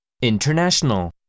International